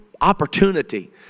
opportunity